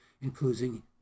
including